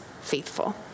faithful